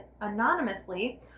anonymously